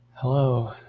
Hello